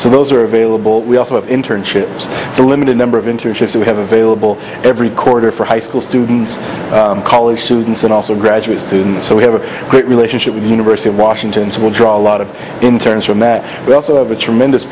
so those are available we also have internships a limited number of internships we have available every quarter for high school students college students and also graduate students so we have a great relationship with the university of washington's will draw a lot of in terms from that we also have a tremendous